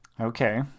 Okay